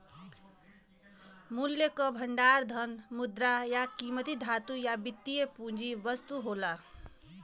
मूल्य क भंडार धन, मुद्रा, या कीमती धातु या वित्तीय पूंजी वस्तु होला